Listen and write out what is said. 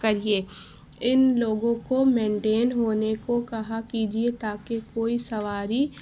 کریے ان لوگوں کو مینٹین ہونے کو کہا کیجیے تاکہ کوئی سواری